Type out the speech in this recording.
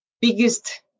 biggest